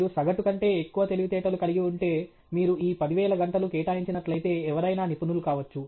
మీరు సగటు కంటే ఎక్కువ తెలివితేటలు కలిగి ఉంటే మీరు ఈ 10000 గంటలు కేటాయించినట్లైతే ఎవరైనా నిపుణులు కావచ్చు